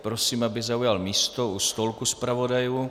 Prosím, aby zaujal místo u stolku zpravodajů.